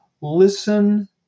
Listen